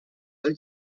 del